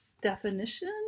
definition